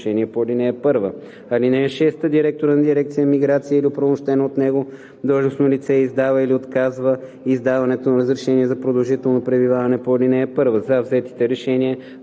разрешение по ал. 1. (6) Директорът на дирекция „Миграция“ или оправомощено от него длъжностно лице издава или отказва издаването на разрешение за продължително пребиваване по ал. 1. За взетите решения